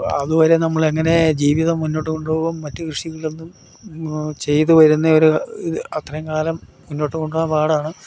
അത് വരെ നമ്മൾ എങ്ങനെയാണ് ജീവിതം മുന്നോട്ട് കൊണ്ടു പോകും മറ്റ് കൃഷികളൊന്നും ചെയ്തു വരുന്ന ഒരു ഇത് അത്രയും കാലം മുന്നോട്ട് കൊണ്ടുപോകാൻ പാടാണ്